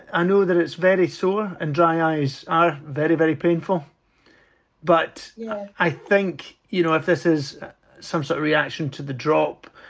i know that it's very sore and dry eyes are very, very painful but i think you know if this is some sort of reaction to the drop,